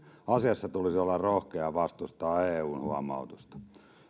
asiassa tulisi olla rohkea ja vastustaa eun huomautusta